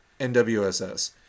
NWSS